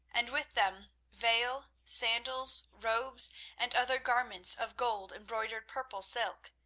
and with them veil, sandals, robes and other garments of gold-embroidered purple silk.